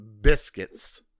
biscuits